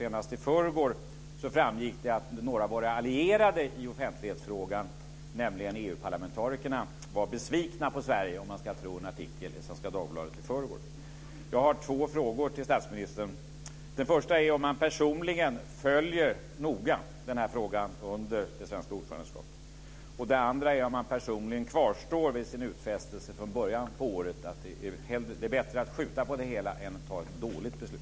Senast i förrgår framgick det att några av våra allierade i offentlighetsfrågan, nämligen EU-parlamentarikerna, var besvikna på Sverige, om man ska tro en artikel i Svenska Dagbladet. Jag har två frågor till statsministern. Den första är om han personligen noga följer den här frågan under det svenska ordförandeskapet. Den andra är om han personligen kvarstår vid sin utfästelse från början av året, dvs. att det är bättre att skjuta på det hela än att ta ett dåligt beslut.